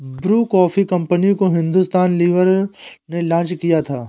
Bru coffee company को Hindustan Lever ने launch किया था